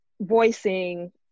voicing